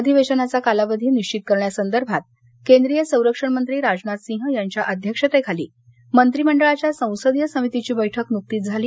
अधिवेशनाचा कालावधी निश्वित करण्यासंदर्भात केंद्रीय संरक्षण मंत्री राजनाथ सिंह यांच्या अध्यक्षतेखाली मंत्रीमंडळाच्या संसदीय समितीची बैठक नुकतीच झाली